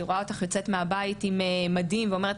שהיא רואה אותך יוצאת מהבית עם מדים והיא אומרת,